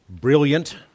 brilliant